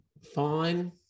fine